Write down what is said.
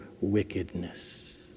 wickedness